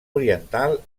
oriental